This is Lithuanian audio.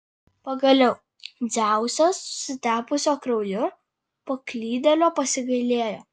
pagaliau dzeusas susitepusio krauju paklydėlio pasigailėjo